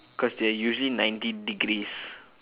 cause they are usually ninety degrees